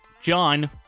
John